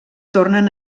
tornen